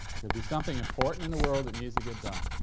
could be something important in the world that needs to get done.